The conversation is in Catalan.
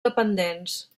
dependents